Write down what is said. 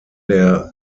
der